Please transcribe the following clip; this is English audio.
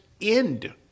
end